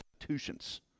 institutions